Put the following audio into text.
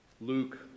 Luke